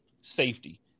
safety